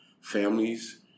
families